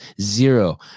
zero